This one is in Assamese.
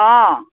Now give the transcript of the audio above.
অঁ